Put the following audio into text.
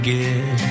get